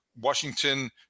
Washington